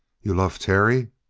you love terry?